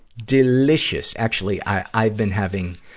delicious actually, i've been having,